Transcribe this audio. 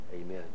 Amen